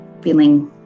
feeling